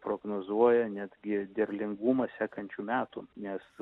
prognozuoja netgi derlingumą sekančių metų nes